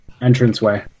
entranceway